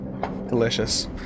Delicious